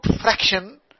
fraction